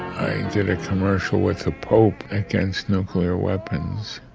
i did a commercial with the pope against nuclear weapons.